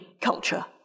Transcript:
culture